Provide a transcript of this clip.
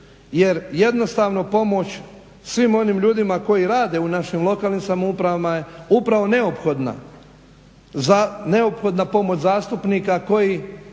jer jednostavno pomoć svim onim ljudima koji rade u našim lokalnim samoupravama je upravo neophodna pomoć zastupnika koji